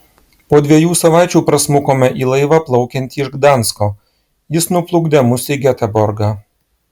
po dviejų savaičių prasmukome į laivą plaukiantį iš gdansko jis nuplukdė mus į geteborgą